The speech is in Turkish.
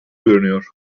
görünüyor